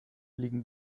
liegen